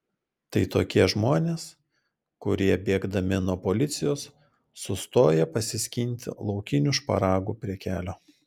tai tokie žmonės kurie bėgdami nuo policijos sustoja pasiskinti laukinių šparagų prie kelio